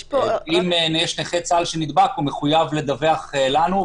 אם יש נכה צה"ל שנדבק הוא מחויב לדווח לנו,